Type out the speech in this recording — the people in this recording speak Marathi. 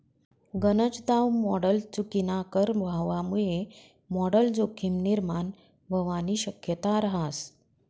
गनज दाव मॉडल चुकीनाकर व्हवामुये मॉडल जोखीम निर्माण व्हवानी शक्यता रहास